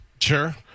Sure